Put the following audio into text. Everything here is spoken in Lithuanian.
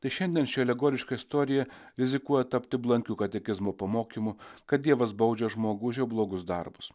tai šiandien ši alegoriška istorija rizikuoja tapti blankiu katekizmo pamokymu kad dievas baudžia žmogų už jo blogus darbus